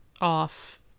off